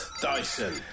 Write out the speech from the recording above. Dyson